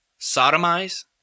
sodomize –